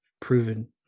proven